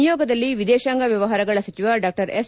ನಿಯೋಗದಲ್ಲಿ ವಿದೇಶಾಂಗ ವ್ಯವಹಾರಗಳ ಸಚಿವ ಡಾ ಎಸ್